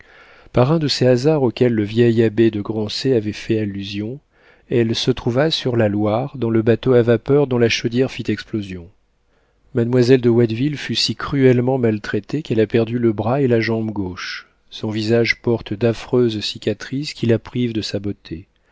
par un de ces hasards auxquels le vieil abbé de grancey avait fait allusion elle se trouva sur la loire dans le bateau à vapeur dont la chaudière fit explosion mademoiselle de watteville fut si cruellement maltraitée qu'elle a perdu le bras et la jambe gauche son visage porte d'affreuses cicatrices qui la privent de sa beauté